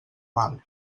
mal